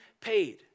paid